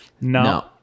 No